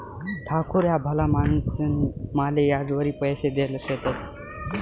ठाकूर ह्या भला माणूसनी माले याजवरी पैसा देल शेतंस